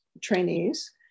trainees